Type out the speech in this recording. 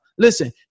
Listen